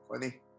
Funny